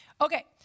Okay